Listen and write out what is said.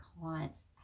clients